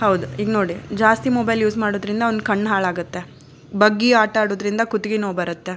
ಹೌದು ಈಗ ನೋಡಿ ಜಾಸ್ತಿ ಮೊಬೈಲ್ ಯೂಸ್ ಮಾಡೋದ್ರಿಂದ ಅವ್ನ ಕಣ್ಣು ಹಾಳಾಗುತ್ತೆ ಬಗ್ಗಿ ಆಟಾಡೋದ್ರಿಂದ ಕುತ್ತಿಗೆ ನೋವು ಬರುತ್ತೆ